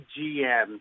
GM